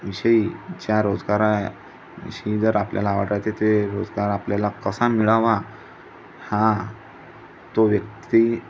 विषयी ज्या रोजगाराविषयी जर आपल्याला आवडते ते रोजगार आपल्याला कसा मिळावा हा तो व्यक्ती